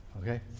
okay